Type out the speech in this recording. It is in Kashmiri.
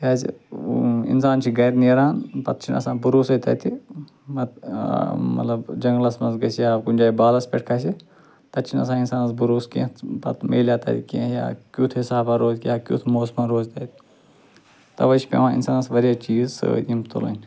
کیٛازِ ٲں اِنسان چھُ گھرِ نیران پَتہٕ چھُنہٕ آسان بھروسٔے تَتہِ ٲں مَطلَب جَنٛگلَس مَنٛز گَژھہِ یا کُنہِ جایہِ بالَس پٮ۪ٹھ کھَسہِ تتہِ چھُنہٕ آسان اِنسانَس بھروسہٕ کیٚنٛہہ تہٕ پَتہٕ میلیٛاہ تتہِ کیٚنٛہہ یا کیٛتھ حِسابَہ روزِ کیٛاہ کیٛتھ موسمَہ روزِ تتہِ توَے چھِ پیٚوان اِنسانَس واریاہ چیٖز سۭتۍ یِم تُلٕنۍ